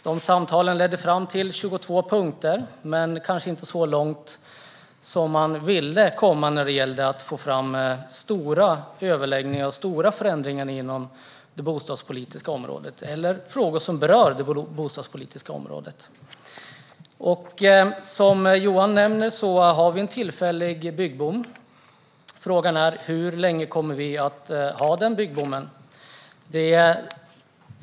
De samtalen ledde fram till 22 punkter, men de nådde kanske inte så långt som man ville komma när det gällde att få till stånd stora överläggningar och stora förändringar eller frågor på det bostadspolitiska området. Som Johan nämnde har vi en tillfällig byggboom. Frågan är hur länge vi kommer att ha den.